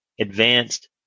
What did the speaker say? advanced